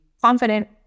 confident